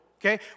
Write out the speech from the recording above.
okay